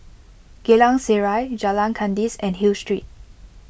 Geylang Serai Jalan Kandis and Hill Street